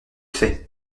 faits